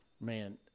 Man